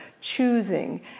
choosing